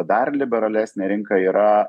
dar liberalesnė rinka yra